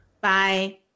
Bye